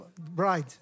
bride